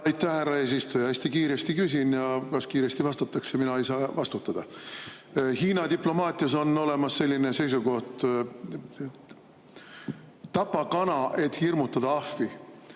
Aitäh, härra eesistuja! Hästi kiiresti küsin ja kas kiiresti vastatakse, selle eest mina ei saa vastutada. Hiina diplomaatias on olemas selline seisukoht: tapa kana, et hirmutada ahvi.